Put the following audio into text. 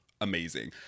amazing